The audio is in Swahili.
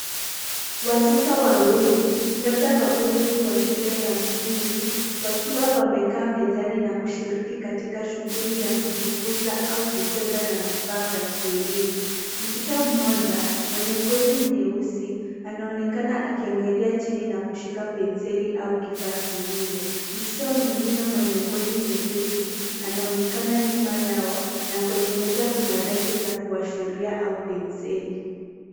Watoto, labda wa umri wa shule ya msingi, wakiwa wamekaa mezani na kushiriki katika shughuli ya kujifunza au kucheza na vifaa vya kielimu. Mtoto mmoja mwenye ngozi nyeusi anaonekana akiangalia chini na kushika penseli au kifaa kingine. Mtoto mwingine mwenye ngozi nyepesi anaonekana nyuma yao na kwenye meza kuna rangi za kuashiria au penseli.